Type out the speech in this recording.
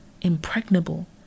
impregnable